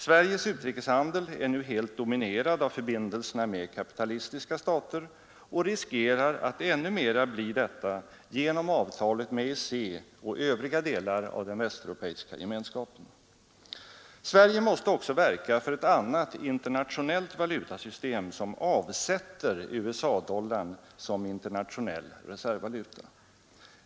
Sveriges utrikeshandel är nu helt dominerad av förbindelserna med kapitalistiska stater och riskerar att ännu mera bli detta genom avtalet med EEC och övriga delar av den västeuropeiska gemenskapen. Sverige måste också verka för ett annat internationellt valutasystem, som avsätter USA-dollarn som internationell reservvaluta.